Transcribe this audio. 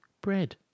bread